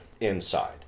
inside